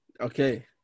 okay